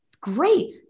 great